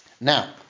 Now